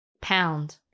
Pound